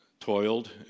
toiled